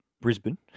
Brisbane